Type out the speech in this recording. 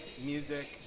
music